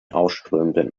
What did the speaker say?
ausströmenden